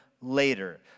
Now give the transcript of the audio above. later